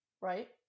right